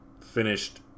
finished